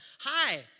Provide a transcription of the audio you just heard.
hi